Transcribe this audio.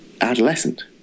adolescent